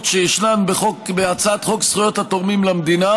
שישנן בהצעת חוק זכויות התורמים למדינה,